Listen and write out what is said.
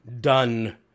done